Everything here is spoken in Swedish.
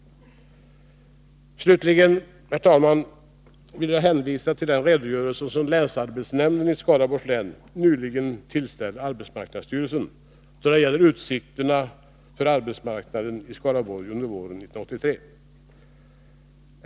Slutligen, herr talman, vill jag hänvisa till den redogörelse som länsarbetsnämnden i Skaraborgs län nyligen tillställde arbetsmarknadsstyrelsen då det gäller utsikterna på arbetsmarknaden i Skaraborg under våren 1983.